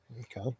Okay